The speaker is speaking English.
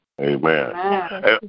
Amen